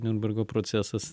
niunbergo procesas